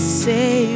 say